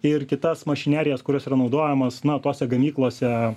ir kitas mašinerijas kurios yra naudojamos na tose gamyklose